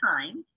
Time